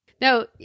No